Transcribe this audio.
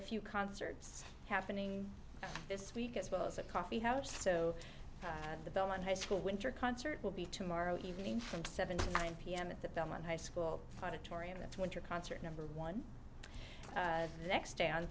a few concerts happening this week as well as a coffee house so the belmont high school winter concert will be tomorrow evening from seven to nine pm at the belmont high school auditorium and went to a concert number one the next day on